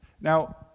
Now